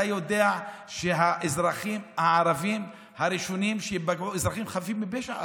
אתה יודע שהאזרחים הערבים הראשונים שייפגעו הם אזרחים חפים מפשע.